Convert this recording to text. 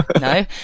No